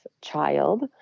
child